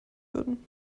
würden